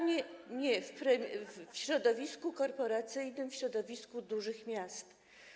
Nie, w środowisku korporacyjnym, w środowisku dużych miast.